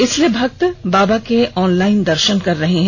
इसलिए भक्त बाबा का ऑनलाइन दर्शन कर रहे हैं